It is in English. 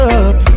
up